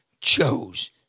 chose